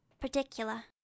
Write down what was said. particular